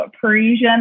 Parisian